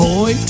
Boy